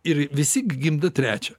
ir visi gimdo trečią